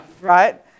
right